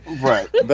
Right